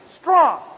Strong